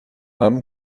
i’m